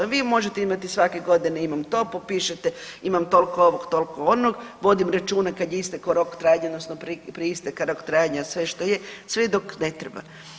Da vi možete imati svake godine imam to, popišete, imam tolko ovog, tolko onog, vodim računa kad je istekao rok trajanja, odnosno prije isteka roka trajanja sve što je, sve dok ne treba.